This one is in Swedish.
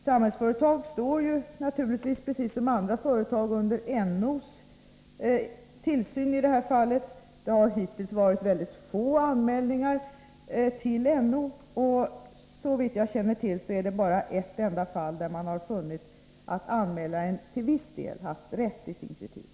Samhällsföretag står naturligtvis precis som andra företag under NO:s tillsyn i detta avseende. Det har hittills förekommit mycket få anmälningar till NO. Såvitt jag känner till är det bara i ett enda fall man har funnit att anmälaren till viss del haft rätt i sin kritik.